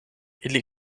ili